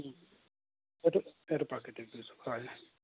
ও এইটো এইটো প্ৰাকৃতিক দৃশ্য হয়